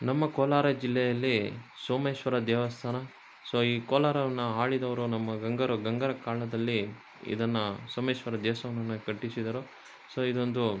ನಮ್ಮ ಕೋಲಾರ ಜಿಲ್ಲೆಯಲ್ಲಿ ಸೋಮೇಶ್ವರ ದೇವಸ್ಥಾನ ಸೊ ಈ ಕೋಲಾರವನ್ನು ಆಳಿದವರು ನಮ್ಮ ಗಂಗರು ಗಂಗರ ಕಾಲದಲ್ಲಿ ಇದನ್ನು ಸೋಮೇಶ್ವರ ದೇವಸ್ಥಾನವನ್ನು ಕಟ್ಟಿಸಿದರು ಸೊ ಇದೊಂದು